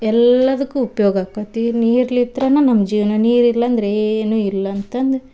ಎಲ್ಲಾದಕ್ಕೂ ಉಪಯೋಗ ಆಕತ್ತಿ ನೀರ್ಲಿತ್ರನೇ ನಮ್ಮ ಜೀವನ ನೀರು ಇಲ್ಲಾಂದ್ರೆ ಏನೂ ಇಲ್ಲ ಅಂತಂದು